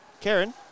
Karen